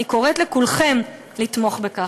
אני קוראת לכולכם לתמוך בכך.